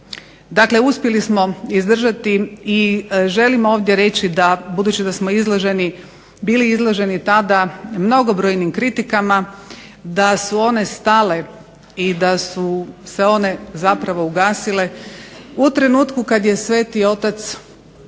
Dakle, uspjeli smo izdržati i želim ovdje reći da smo bili izloženi tada mnogobrojnim kritikama da su one stale odnosno da su se ugasile u trenutku kada je Sveti Otac